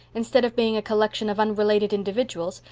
instead of being a collection of unrelated individuals,